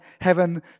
heaven